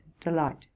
delight